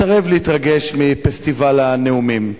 מסרב להתרגש מפסטיבל הנאומים.